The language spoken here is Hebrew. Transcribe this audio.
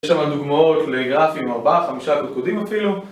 יש שם דוגמאות לגרפים, ארבעה, חמישה קודקודים אפילו